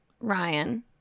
Ryan